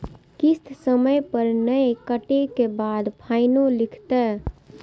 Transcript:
किस्त समय पर नय कटै के बाद फाइनो लिखते?